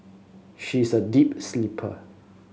she is a deep sleeper